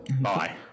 Bye